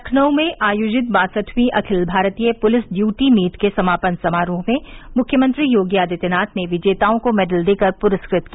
लखनऊ में आयोजित बासठवीं अखिल भारतीय पुलिस ड्यूटी मीट के समापन समारोह में मुख्यमंत्री योगी आदित्यनाथ ने विजेताओं को मेडल देकर पुरस्कृत किया